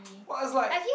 but it's like